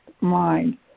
mind